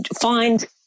find